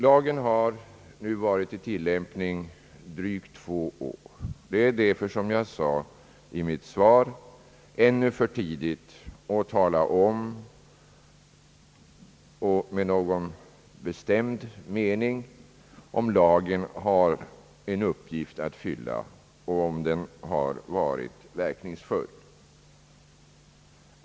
Lagen har nu varit i tillämpning i drygt två år. Det är därför, som jag sade i mitt svar, ännu för tidigt att med någon bestämd mening yttra sig om huruvida lagen har en uppgift att fylla och huruvida den har varit verkningsfull.